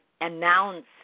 announce